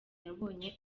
yabonye